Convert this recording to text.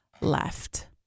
left